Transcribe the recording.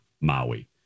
Maui